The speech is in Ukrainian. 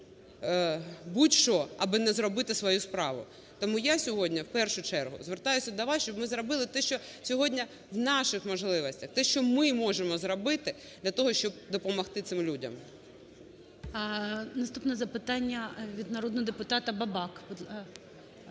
будь-що, аби не зробити свою справу. Тому я сьогодні в першу чергу звертаюсь до вас, щоб ми зробили те, що сьогодні в наших можливостях, те, що ми можемо зробити для того, щоб допомогти цим людям. ГОЛОВУЮЧИЙ. Наступне запитання від народного депутата Бабак.